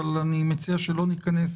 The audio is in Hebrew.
אבל אני מציע שלא ניכנס